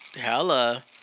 Hella